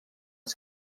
els